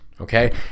Okay